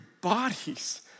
bodies